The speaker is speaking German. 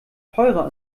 teurer